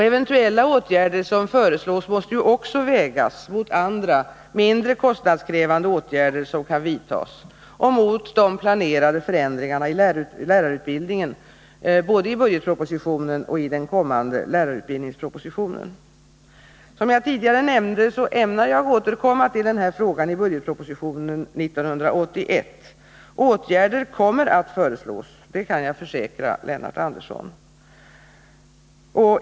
Eventuella åtgärder som föreslås måste också vägas mot andra, mindre kostnadskrävande åtgärder som kan vidtas och mot de planerade förändringarna i lärarutbildningen, både i budgetpropositionen och i den kommande lärarutbildningen. Som jag tidigare nämnde ämnar jag återkomma till denna fråga i budgetpropositionen 1981. Åtgärder kommer att föreslås, det kan jag försäkra Lennart Andersson.